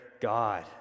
God